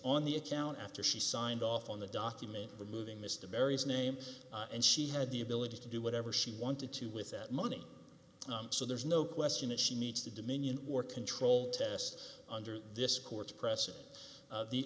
on the account after she signed off on the document removing mr berry's name and she had the ability to do whatever she wanted to with that money so there's no question that she needs to dominion or control test under this court's precedent of the